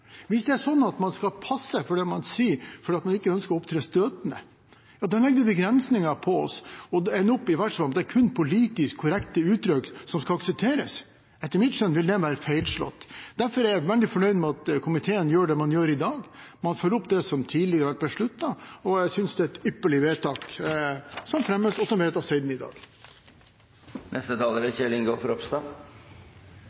Hvis det er sånn at man skal passe seg for hva man sier fordi man ikke ønsker å opptre støtende, legger det begrensninger på oss, og vi ender opp med at det bare er politisk korrekte uttrykk som skal aksepteres. Etter mitt skjønn vil det være feilslått. Derfor er jeg veldig fornøyd med at komiteen gjør det man gjør i dag, man følger opp det som tidligere har vært besluttet. Jeg syns det er et ypperlig forslag som er fremmet, og som vedtas senere i dag. Jeg kan slutte meg til det meste som er